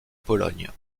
pologne